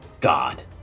God